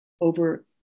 over